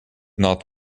not